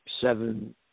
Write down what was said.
seven